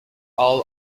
all